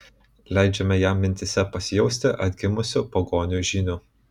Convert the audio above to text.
leidžiame jam mintyse pasijausti atgimusiu pagonių žyniu